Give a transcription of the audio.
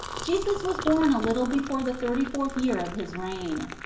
jesus was born a little before the thirty-fourth year of his reign.